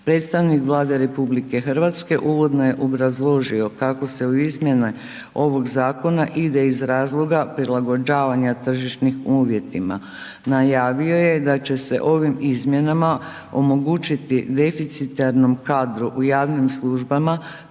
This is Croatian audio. Predstavnik Vlade RH uvodno je obrazložio kako se u izmjene ovog zakona ide iz razloga prilagođavanja tržišnim uvjetima. Najavio je da će se ovim izmjenama omogućiti deficitarnom kadru u javnim službama